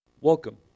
Welcome